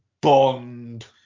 bond